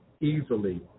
easily